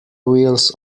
wheels